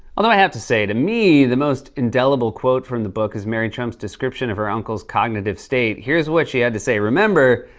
although i have to say, to me, the most indelible quote from the book is mary trump's description of her uncle's cognitive state. here's what she had to say. remember,